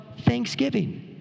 thanksgiving